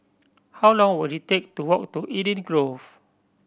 how long will it take to walk to Eden Grove